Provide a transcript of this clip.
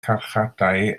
carchardai